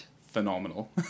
Phenomenal